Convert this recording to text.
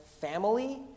family